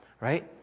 right